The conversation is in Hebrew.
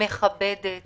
מכבדת